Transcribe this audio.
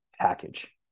package